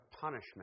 punishment